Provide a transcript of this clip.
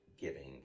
giving